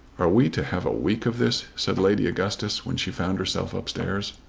are we to have a week of this? said lady augustus when she found herself up-stairs.